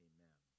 Amen